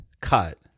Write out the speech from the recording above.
cut